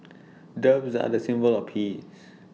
doves are A symbol of peace